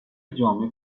جامع